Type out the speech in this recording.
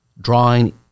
drawing